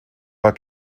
war